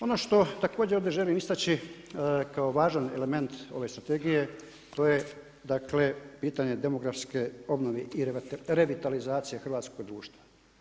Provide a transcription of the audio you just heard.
Ono što također želim ovdje želim istaći kao važan element ove strategije, to je dakle, pitanje demografske obnove i revitalizacije hrvatskog društva.